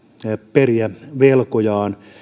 periä velkojaan